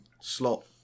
slot